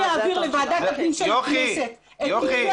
אני אעביר לוועדת הפנים של הכנסת את כתבי